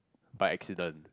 by accident